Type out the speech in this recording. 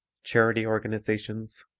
charity organizations,